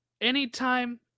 Anytime